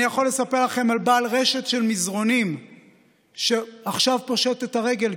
אני יכול לספר לכם על בעל רשת של מזרונים שעכשיו פושט את הרגל,